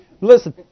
Listen